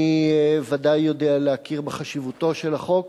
אני ודאי יודע להכיר בחשיבותו של החוק,